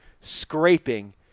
scraping